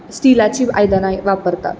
स्टिलाचीं आयदनां वापरतात